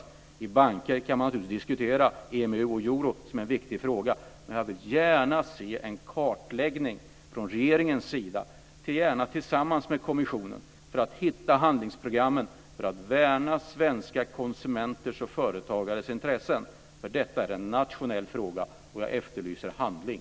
När det gäller banker kan man naturligtvis diskutera EMU och euro som en viktig fråga, men jag vill gärna se en kartläggning från regeringens sida, gärna tillsammans med kommissionen, för att hitta handlingsprogrammen för att värna svenska konsumenters och företagares intressen. Detta är en nationell fråga, och jag efterlyser handling.